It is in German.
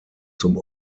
zum